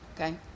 Okay